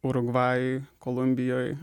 urugvajuj kolumbijoj